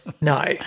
no